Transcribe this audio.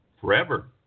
forever